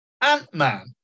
Ant-Man